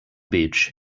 beach